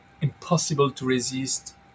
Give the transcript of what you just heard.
impossible-to-resist